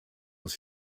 aus